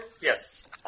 Yes